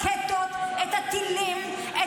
יש פה רמטכ"לים של שנים רבות,